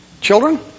children